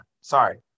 sorry